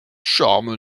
charme